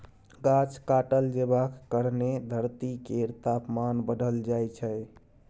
गाछ काटल जेबाक कारणेँ धरती केर तापमान बढ़ल जाइ छै